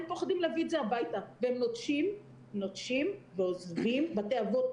הם פוחדים להביא את זה הביתה והם נוטשים ועוזבים את בתי האבות.